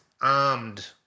armed